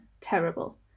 Terrible